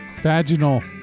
Vaginal